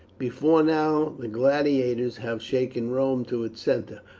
before now the gladiators have shaken rome to its centre.